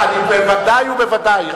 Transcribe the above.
בוודאי ובוודאי.